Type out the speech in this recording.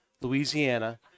Louisiana